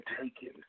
taken